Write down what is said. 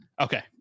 Okay